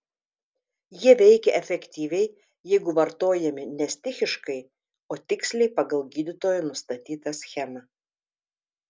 jie veikia efektyviai jeigu vartojami ne stichiškai o tiksliai pagal gydytojo nustatytą schemą